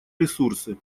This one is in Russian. ресурсы